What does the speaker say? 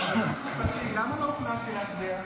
למה לא הכניסו אותי להצביע?